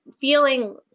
feeling